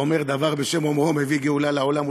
האומר דבר בשם אומרו מביא גאולה לעולם.